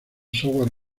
software